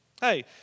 Hey